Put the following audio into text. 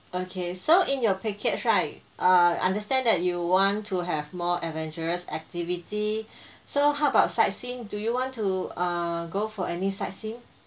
okay so in your package right err understand that you want to have more adventurous activity so how about sightseeing do you want to err go for any sightseeing